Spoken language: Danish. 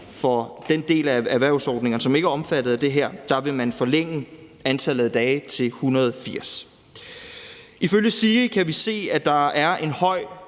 for den del af erhvervsordningerne, som ikke er omfattet af det her, vil man forlænge antallet af dage til 180. Ifølge SIRI kan vi se, at der er en høj